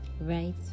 right